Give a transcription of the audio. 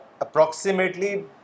Approximately